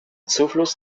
zufluss